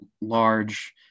large